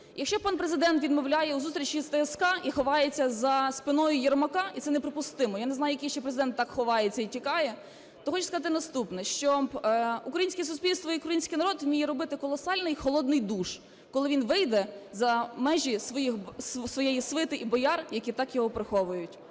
Якщо пан Президент відмовляє у зустрічі з ТСК і ховається за спиною Єрмака, і це неприпустимо, я не знаю, який ще Президент так ховається і тікає, то хочу сказати наступне, що українське суспільство і український народ вміє робити колосальний холодний душ – коли він вийде за межі своєї свити і бояр, які так його приховують.